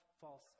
false